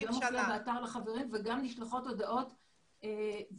זה גם מופיע באתר לחברים וגם נשלחות הודעות ומיילים,